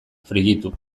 frijitu